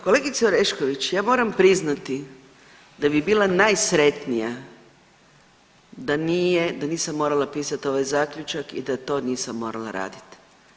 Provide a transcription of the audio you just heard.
Kolegice Orešković, ja moram priznati da bi bila najsretnija da nije, da nisam morala pisati ovaj Zaključak i da to nisam morala raditi.